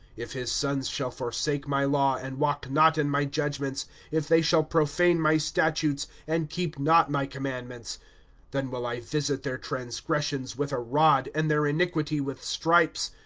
if his sons shall forsake my law, and walk not in my judgments if they shall profane my statutes, and keep not my commandments then will i visit their transgressions with a rod, and their iniquity with stripes.